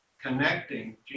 connecting